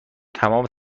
تمام